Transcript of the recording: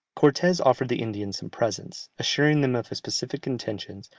cortes offered the indians some presents, assuring them of his pacific intentions,